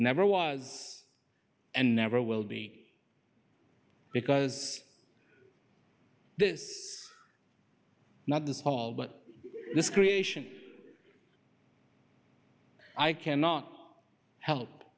never was and never will be because this not this whole but this creation i cannot help